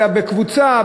אלא בקבוצה,